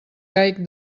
caic